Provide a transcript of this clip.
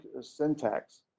syntax